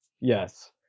yes